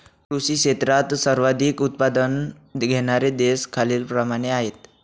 कृषी क्षेत्रात सर्वाधिक उत्पादन घेणारे देश खालीलप्रमाणे आहेत